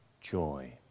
joy